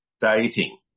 dating